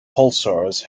pulsars